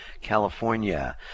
California